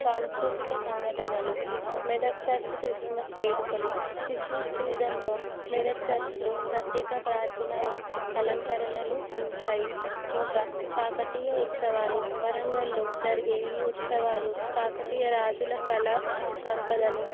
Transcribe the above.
సాంస్కృతిక సంఘటనలు Medak church Christmas వేడుకలు క్రిస్మస్ సీజన్లో మెదక్ చర్చ్లో ప్రత్యేక ప్రార్థనలు అలంకరణలు ఉంటాయి ఇంకా కాకతీయ ఉత్సవాలు వరంగలులో జరిగే ఈ ఉత్సవాలు కాకతీయ రాజుల కళా సంపదను